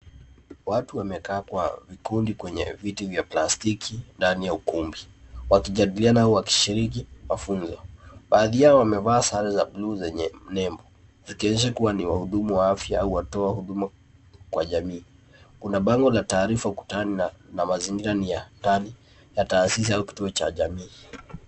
Watu wamekaa kwa vikundi kwenye viti vya plastiki ndani ya ukumbi ,wakijadiliana au wakishiriki mafunzo. Baadhi yao wamevaa sare za buluu zenye nembo ikionyesha wahudumu wa afya au watoa huduma kwa jamii. Kuna bango la taarifa ukutani na mazingira ni ya ndani ya taasisi au cha jamii.